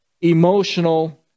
emotional